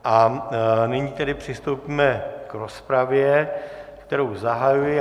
A nyní tedy přistoupíme k rozpravě, kterou zahajuji.